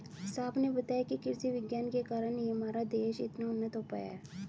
साहब ने बताया कि कृषि विज्ञान के कारण ही आज हमारा देश इतना उन्नत हो पाया है